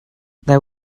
there